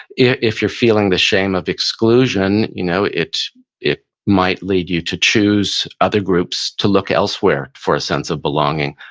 if you're feeling the shame of exclusion, you know it it might lead you to choose other groups to look elsewhere for a sense of belonging.